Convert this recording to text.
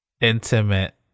intimate